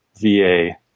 VA